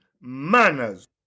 manners